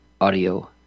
audio